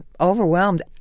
overwhelmed